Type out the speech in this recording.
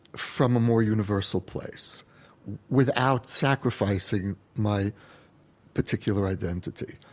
from a more universal place without sacrificing my particular identity?